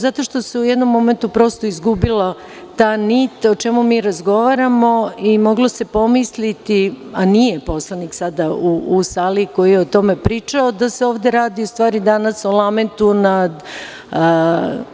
Zato što se u jednom momentu izgubila ta nit o čemu mi razgovaramo i moglo se pomisliti, a nije sada u sali poslanik koji je o tome pričao, da se ovde radi u stvari o lamentu nad